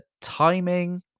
timing